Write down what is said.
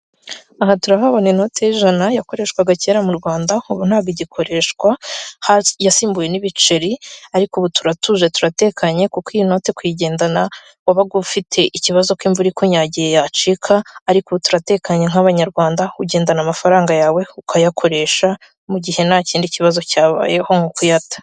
Aha turahabona inote y'ishana yakoreshwaga kera mu Rwanda ubu ntabwo igikoreshwa yasibuwe n'ibiceri ariko ubu turatuje turatekenye kuko iyi note kuyigendana wabaga ufite ikibazo ko imvura ikunyagiye yacika ariko ubu turatekanye nk'abanyarwanda ugendana amafranga yawe ukayakoresha mu gihe ntakindi kibazo cyabayeho mu kuyata.